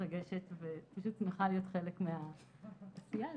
מתרגשת ופשוט שמחה להיות חלק מהעשייה הזאת.